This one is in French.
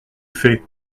fait